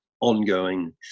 ongoing